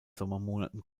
sommermonaten